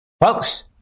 Folks